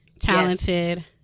talented